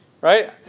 Right